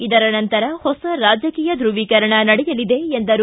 ಇದರ ನಂತರ ಹೊಸ ರಾಜಕೀಯ ಧ್ಭವೀಕರಣ ನಡೆಯಲಿದೆ ಎಂದರು